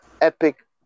epic